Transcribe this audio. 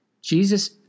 Jesus